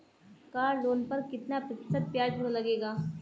Car loan पर कितना प्रतिशत ब्याज लगेगा?